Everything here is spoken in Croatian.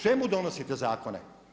Čemu donosite zakone?